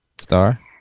star